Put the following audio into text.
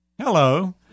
Hello